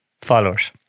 followers